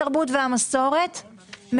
התרבות והמסורת,